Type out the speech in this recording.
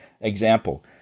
example